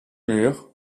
mur